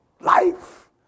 life